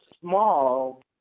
small